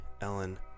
ellen